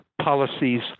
policies